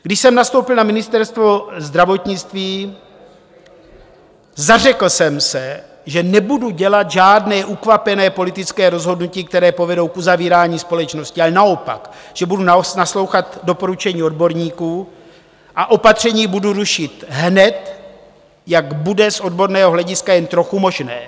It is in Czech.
Když jsem nastoupil na Ministerstvo zdravotnictví, zařekl jsem se, že nebudu dělat žádná ukvapená politická rozhodnutí, která povedou k uzavírání společnosti, ale naopak že budu naslouchat doporučení odborníků a opatření budu rušit hned, jak bude z odborného hlediska jen trochu možné.